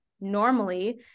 normally